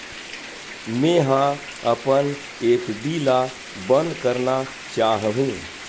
मेंहा अपन एफ.डी ला बंद करना चाहहु